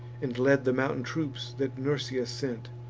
and led the mountain troops that nursia sent.